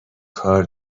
کار